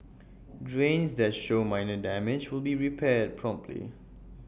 drains that show minor damage will be repaired promptly